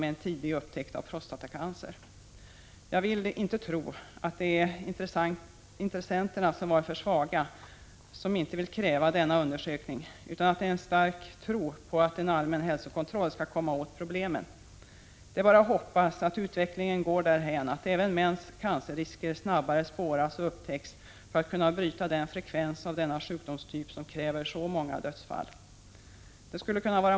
Men jag vill inte tro att det är intressenterna som är för svaga för att kräva denna undersökning, utan anledningen är att det finns en stark tro på att en allmän hälsokontroll skall komma åt problemen. Det är bara att hoppas att utvecklingen går därhän att även mäns cancerrisker snabbare spåras och upptäcks så att man skall kunna sänka frekvensen av denna sjukdom, som kräver så många dödsfall.